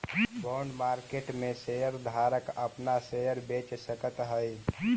bond market में share धारक अपना शेयर बेच सकऽ हई